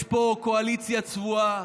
יש פה קואליציה צבועה,